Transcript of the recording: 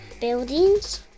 buildings